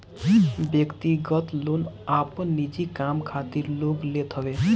व्यक्तिगत लोन आपन निजी काम खातिर लोग लेत हवे